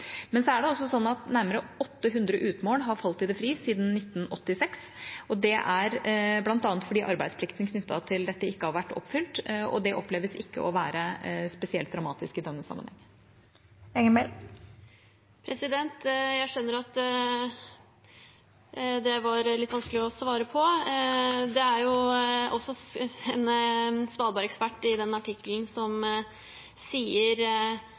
Men så er det også slik at nærmere 800 utmål har falt i det fri siden 1986, og det er bl.a. fordi arbeidsplikten knyttet til dette ikke har vært oppfylt, og det oppleves ikke å være spesielt dramatisk i denne sammenhengen. Jeg skjønner at det var litt vanskelig å svare på. I den artikkelen er det også en